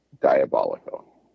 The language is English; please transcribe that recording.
diabolical